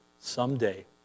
someday